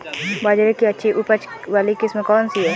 बाजरे की अच्छी उपज वाली किस्म कौनसी है?